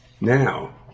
now